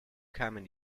kamen